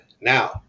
Now